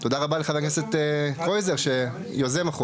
תודה רבה לחבר הכנסת קרויזר, יוזם החוק.